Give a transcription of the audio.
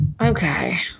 Okay